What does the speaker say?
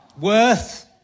Worth